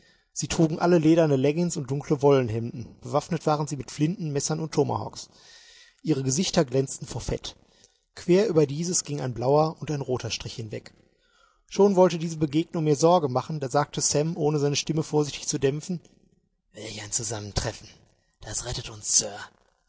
sie trugen alle lederne leggins und dunkle wollenhemden bewaffnet waren sie mit flinten messern und tomahawks ihre gesichter glänzten vor fett quer über dieses ging ein blauer und ein roter strich hinweg schon wollte diese begegnung mir sorge machen da sagte sam ohne seine stimme vorsichtig zu dämpfen welch ein zusammentreffen das rettet uns